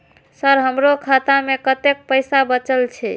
Sir हमरो खाता में कतेक पैसा बचल छे?